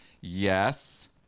Yes